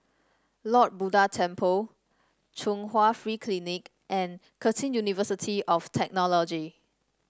Lord Buddha Temple Chung Hwa Free Clinic and Curtin University of Technology